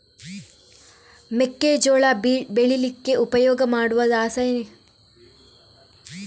ಮೆಕ್ಕೆಜೋಳ ಬೆಳೀಲಿಕ್ಕೆ ಉಪಯೋಗ ಮಾಡುವ ರಾಸಾಯನಿಕ ಗೊಬ್ಬರ ಯಾವುದು?